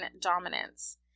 dominance